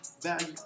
Value